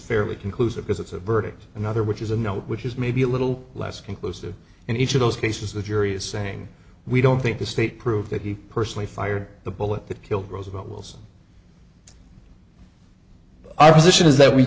fairly conclusive because it's a verdict another which is a note which is maybe a little less conclusive in each of those cases the jury is saying we don't think the state proved that he personally fired the bullet that killed rose about wilson i position is that we